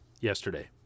yesterday